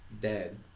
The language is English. dead